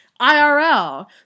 irl